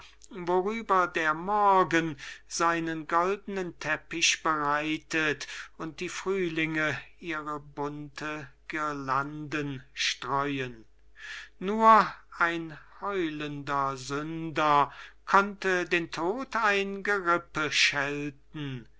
worüber der morgen seinen goldenen teppich breitet und die frühlinge ihre bunten guirlanden streun nur ein heulender sünder konnte den tod ein gerippe schelten